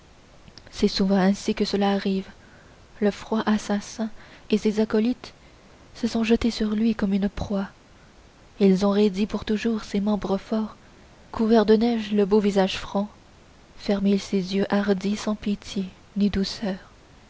c'est souvent ainsi que cela arrive le froid assassin et ses acolytes se sont jetés sur lui comme sur une proie ils ont raidi le beau visage franc fermé ses yeux hardis sans pitié ni douceur